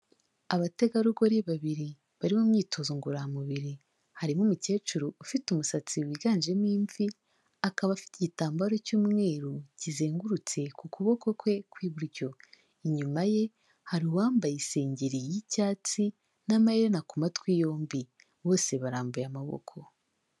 Abategarugori babiri bari mu myitozo ngororamubiri, harimo umukecuru ufite umusatsi wiganjemo imvi, akaba afite igitambaro cy'umweru kizengurutse ku kuboko kwe kw'iburyo, inyuma ye hari uwambaye isengeri y'icyatsi n'amaherena ku matwi yombi, bose barambuye amaboko.